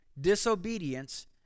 disobedience